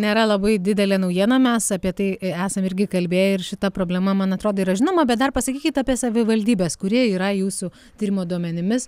nėra labai didelė naujiena mes apie tai esam irgi kalbėję ir šita problema man atrodo yra žinoma bet dar pasakykit apie savivaldybės kurie yra jūsų tyrimo duomenimis